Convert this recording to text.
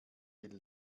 will